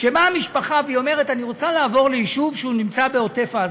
כשבאה משפחה והיא אומרת: אני רוצה לעבור ליישוב שנמצא בעוטף עזה,